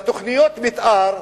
תוכניות המיתאר,